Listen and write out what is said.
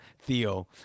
Theo